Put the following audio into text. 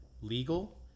legal